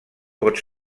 pot